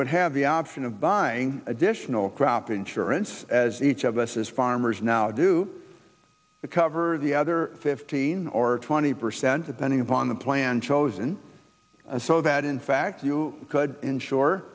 would have the option of buying additional crop insurance as each of us has farmers now do to cover the other fifteen or twenty percent of pending upon the plan chosen so that in fact you could ensure